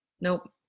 Nope